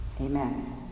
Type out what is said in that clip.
Amen